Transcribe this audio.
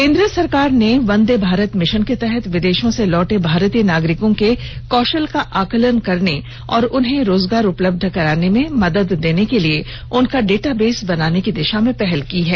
केंद्र सरकार ने वंदे भारत मिशन के तहत विदेशों से लौटे भारतीय नागरिकों के कौशल का आकलन करने और उनको रोजगार उपलब्ध कराने में मदद देने के लिए उनका डेटाबेस बनाने की दिशा में पहल की है